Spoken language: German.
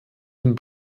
den